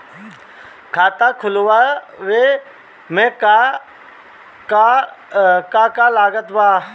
खाता खुलावे मे का का लागत बा?